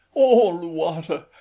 oh, luata!